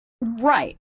right